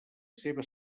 seva